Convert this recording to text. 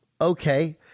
Okay